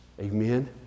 Amen